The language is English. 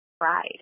pride